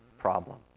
problem